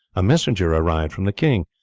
a messenger arrived from the king,